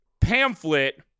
pamphlet